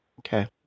Okay